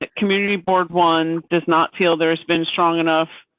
ah community board. one does not feel there has been strong enough.